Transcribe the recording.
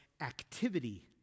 activity